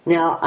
Now